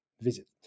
visit